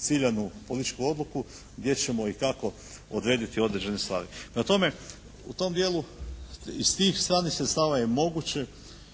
ciljanu politički odluku gdje ćemo i kako odrediti određene stvari. Prema tome u tom dijelu iz tih stranih sredstava je moguće